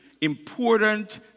important